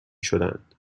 شدند